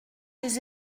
les